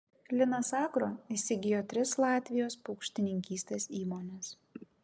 linas agro įsigijo tris latvijos paukštininkystės įmones